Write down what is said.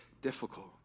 difficult